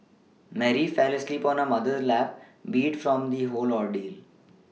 Mary fell asleep on her mother's lap beat from the whole ordeal